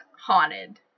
haunted